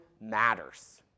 matters